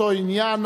אותו עניין.